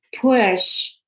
push